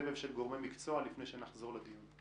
סבב של גורמי מקצוע לפני שנחזור לדיון.